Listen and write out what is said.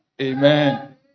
Amen